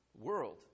world